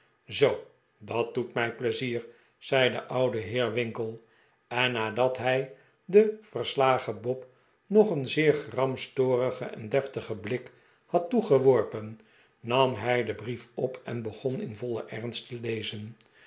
zoo dat doet mij pleizier zei de oude heer winkle en nadat hij den verslagen bob nog een zeer gramstorigen en deftigen blik had toegeworpen nam hij den brief op en begon in vollen ernst te lezen